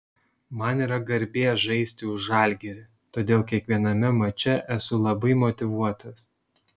man yra garbė žaisti už žalgirį todėl kiekviename mače esu labai motyvuotas